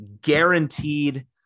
guaranteed